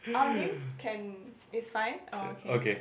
our names can is fine okay